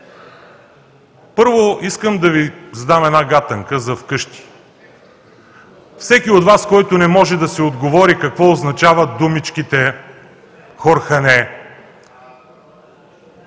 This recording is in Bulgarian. Първо, искам да Ви задам една гатанка за вкъщи. Всеки от Вас, който не може да си отговори какво означават думичките – хорхане,